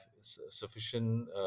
sufficient